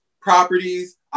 properties